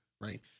right